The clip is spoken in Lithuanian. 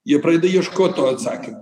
jie pradeda ieškot tų atsakymų